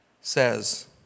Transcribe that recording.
says